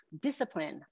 discipline